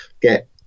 get